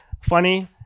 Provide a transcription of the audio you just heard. funny